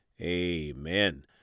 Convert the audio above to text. Amen